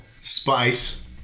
spice